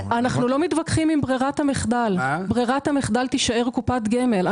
ברירת המחדל תישאר קופת גמל.